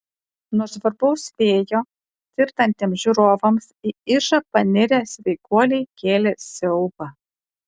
nuo žvarbaus vėjo tirtantiems žiūrovams į ižą panirę sveikuoliai kėlė siaubą